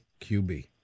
QB